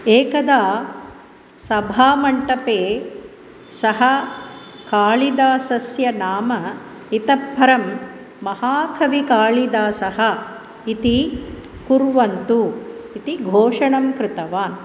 एकदा सभामण्डपे सः कालिदासस्य नाम इतः परं महाकविः कालिदासः इति कुर्वन्तु इति घोषणां कृतवान्